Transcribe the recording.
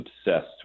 obsessed